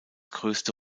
größte